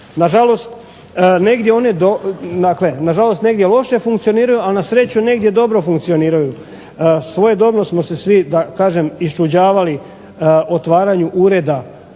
nažalost negdje lošije funkcioniraju, a na sreću negdje dobro funkcioniraju. Svojedobno smo se svi, da kažem, iščuđavali otvaranju ureda